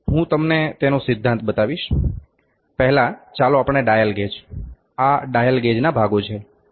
હું તમને તેનો સિદ્ધાંત બતાવીશ પહેલા ચાલો આપણે ડાયલ ગેજ આ ડાયલ ગેજના ભાગો જોઇએ